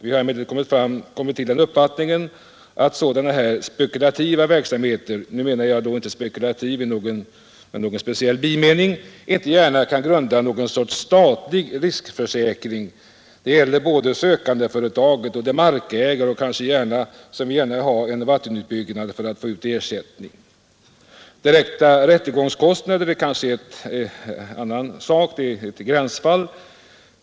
Vi har emellertid kommit till uppfattningen att sådan här ”spekulativ” verksamhet — jag inlägger då inte någon speciell bimening i ordet spekulativ — inte gärna kan grunda någon sorts statlig riskförsäkring. Det gäller både sökandeföretaget och de markägare som kanske gärna vill ha en vattenutbyggnad för att få ut ersättningar. Direkta rättegångskostnader är kanske mer ett gränsfall.